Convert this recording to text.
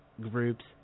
groups